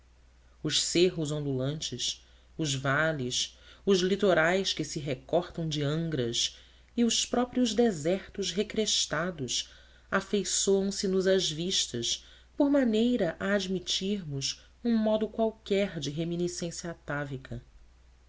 ancestrais os cerros ondulantes os vales os litorais que se recortam de angras e os próprios desertos recrestados afeiçoam se nos às vistas por maneira a admitirmos um modo qualquer de reminiscência atávica